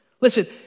Listen